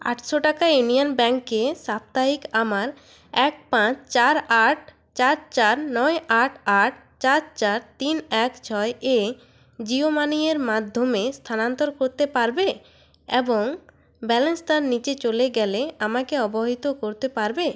আটশো টাকা ইউনিয়ন ব্যাংকে সাপ্তাহিক আমার এক পাঁচ চার আট চার চার নয় আট আট চার চার তিন এক ছয় এ জিও মানি এর মাধ্যমে স্থানান্তর করতে পারবে এবং ব্যালেন্স তার নিচে চলে গেলে আমাকে অবহিত করতে পারবে